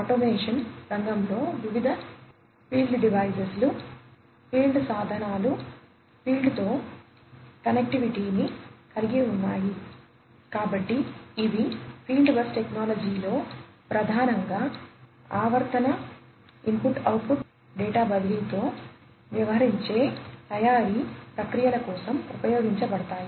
కాబట్టి ఇవి field bus టెక్నాలజీలో ప్రధానంగా ఆవర్తన ఇన్పుట్ అవుట్పుట్ డేటా బదిలీతో వ్యవహరించే తయారీ ప్రక్రియల కోసం ఉపయోగించబడతాయి